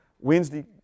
Wednesday